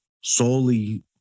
solely